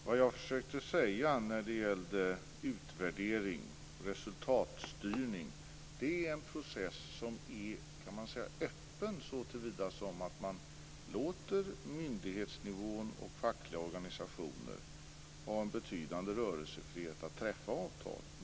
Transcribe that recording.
Herr talman! Vad jag försökte säga när det gällde utvärdering och resultatstyrning var att det är en process som är öppen så till vida att man låter myndighetsnivån och de fackliga organisationerna ha en betydande rörelsefrihet i fråga om att träffa avtal.